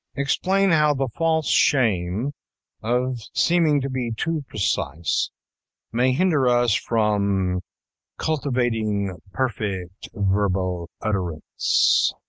explain how the false shame of seeming to be too precise may hinder us from cultivating perfect verbal utterance.